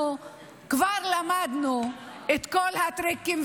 אנחנו כבר למדנו את כל הטריקים,